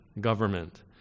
government